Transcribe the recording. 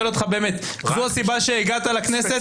זאת הסיבה שהגעת לכנסת,